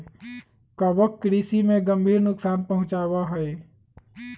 कवक कृषि में गंभीर नुकसान पहुंचावा हई